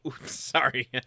Sorry